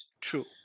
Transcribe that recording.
True